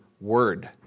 word